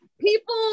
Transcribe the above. people